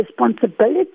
responsibility